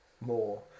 more